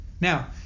Now